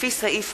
לפי סעיף